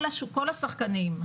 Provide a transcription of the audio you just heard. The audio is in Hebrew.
כל השחקנים,